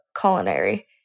culinary